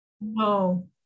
no